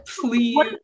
please